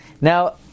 Now